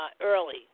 early